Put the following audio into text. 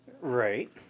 Right